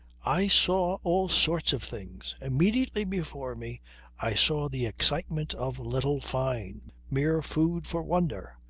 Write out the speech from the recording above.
i saw, all sorts of things! immediately before me i saw the excitement of little fyne mere food for wonder.